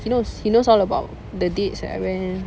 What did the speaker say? he knows he knows all about the dates that I went